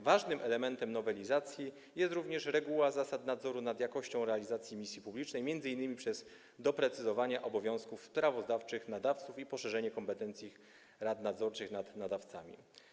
Ważnym elementem nowelizacji jest również reguła zasad nadzoru nad jakością realizacji misji publicznej, m.in. przez doprecyzowanie obowiązków sprawozdawczych nadawców i poszerzenie kompetencji nadzorczych nad nadawcami.